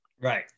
Right